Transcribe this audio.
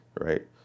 right